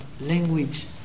language